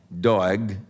Doeg